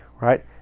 Right